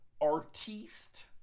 artiste